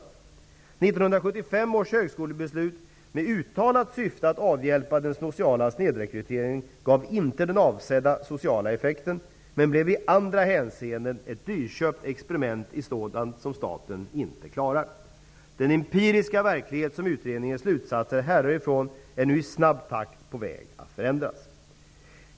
1975 års högskolebeslut, med uttalat syfte att avhjälpa den sociala snedrekryteringen, gav inte den avsedda sociala effekten, men blev i andra hänseenden ett dyrköpt experiment i sådant som staten inte klarar. Den empiriska verklighet som utredningens slutsatser härrör ifrån är nu i snabb takt på väg att förändras.